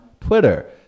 Twitter